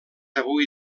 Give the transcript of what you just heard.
avui